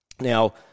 Now